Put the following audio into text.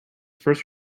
first